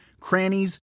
crannies